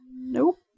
Nope